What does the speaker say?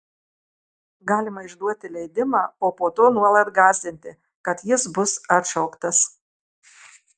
galima išduoti leidimą o po to nuolat gąsdinti kad jis bus atšauktas